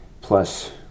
Plus